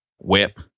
whip